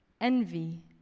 envy